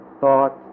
thought